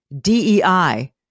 DEI